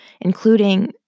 including